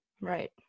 Right